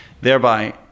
thereby